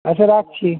আচ্ছা রাখছি